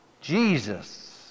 Jesus